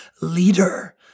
leader